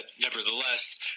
nevertheless